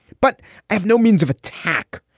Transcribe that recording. but i have no means of attack.